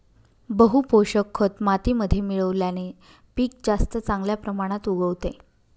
बहू पोषक खत मातीमध्ये मिळवल्याने पीक जास्त चांगल्या प्रमाणात उगवते